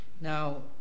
Now